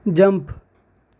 jump